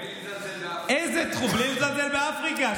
בלי לזלזל באפריקה.